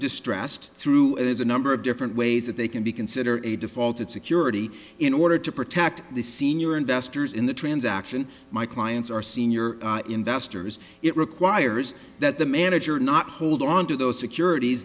distressed through as a number of different ways that they can be considered a defaulted security in order to protect the senior investors in the transaction my clients are senior investors it requires that the manager not hold on to those securities